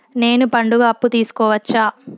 నేను పండుగ అప్పు తీసుకోవచ్చా?